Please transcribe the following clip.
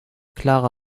clara